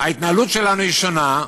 ההתנהלות שלנו היא שונה,